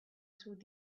through